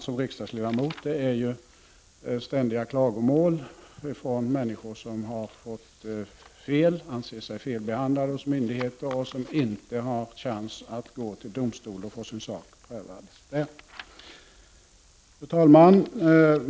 Som riksdagsledamot möter man ständiga klagomål från människor som har fått fel och anser sig felbehandlade av myndigheter men som inte har chans att gå till domstol för att få sin sak prövad där. Fru talman!